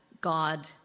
God